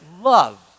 love